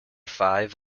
five